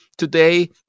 Today